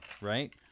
Right